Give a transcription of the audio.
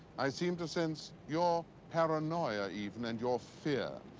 i seem to sense your paranoia even and your fear.